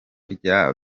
rya